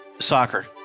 Soccer